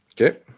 Okay